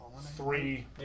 three